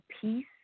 peace